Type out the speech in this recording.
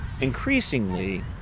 Increasingly